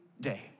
day